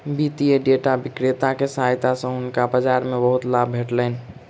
वित्तीय डेटा विक्रेता के सहायता सॅ हुनका बाजार मे बहुत लाभ भेटलैन